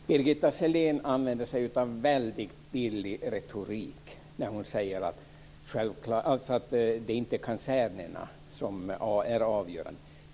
Fru talman! Birgitta Sellén använder en väldigt billig retorik när hon säger att det inte är kasernerna som är avgörande.